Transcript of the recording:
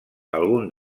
alguns